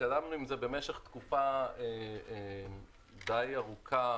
התקדמנו עם זה במשך תקופה די ארוכה,